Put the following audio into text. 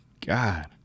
God